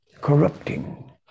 corrupting